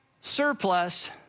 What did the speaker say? surplus